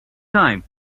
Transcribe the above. time